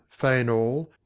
fainall